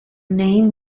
name